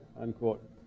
unquote